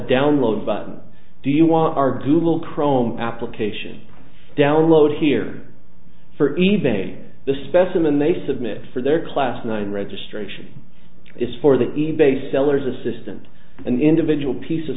download button do you want our google chrome application download here for e bay the specimen they submit for their class nine registration is for the e bay sellers assistant an individual piece of